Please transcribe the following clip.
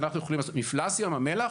מפלס ים המלח,